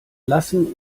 lassen